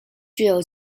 具有